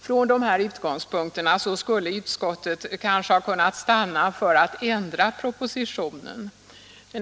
Från dessa utgångspunkter skulle utskottet kanske ha kunnat stanna för att ändra propositionen.